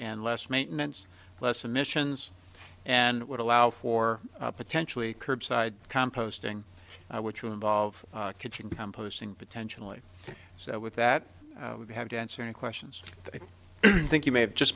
and less maintenance less emissions and would allow for potentially curbside composting which will involve kitchen composting potentially so with that we have to answer any questions i think you may have just